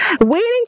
waiting